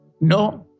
no